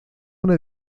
una